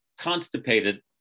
constipated